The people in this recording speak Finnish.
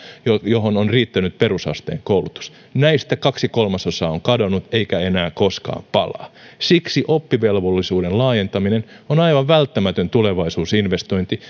joihin on riittänyt perusasteen koulutus näistä kaksi kolmasosaa on kadonnut eikä enää koskaan palaa siksi oppivelvollisuuden laajentaminen on aivan välttämätön tulevaisuusinvestointi